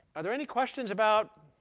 are there any questions about